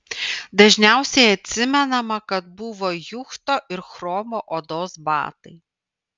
dažniausiai atsimenama kad buvo juchto ir chromo odos batai